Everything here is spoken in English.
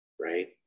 right